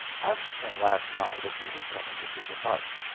asks him last night if he was coming to see the fight.